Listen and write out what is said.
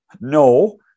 No